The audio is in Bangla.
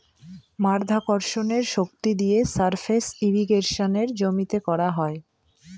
মাধ্যাকর্ষণের শক্তি দিয়ে সারফেস ইর্রিগেশনে জমিতে করা হয়